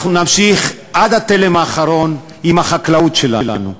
אנחנו נמשיך עד התלם האחרון עם החקלאות שלנו,